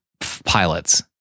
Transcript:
pilots